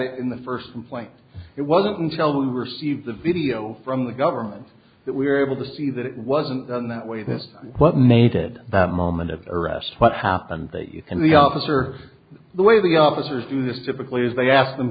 it in the first complaint it wasn't until we received the video from the government that we were able to see that it wasn't done that way that's what made it that moment of arrest what happened and the officer the way the officers do this typically is they ask them